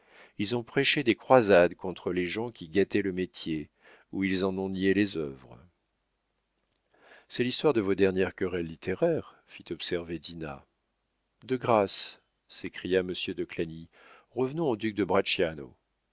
ils ont prêché des croisades contre les gens qui gâtaient le métier ou ils en ont nié les œuvres c'est l'histoire de vos dernières querelles littéraires fit observer dinah de grâce s'écria monsieur de clagny revenons au duc de